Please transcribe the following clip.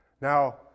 Now